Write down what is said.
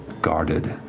guarded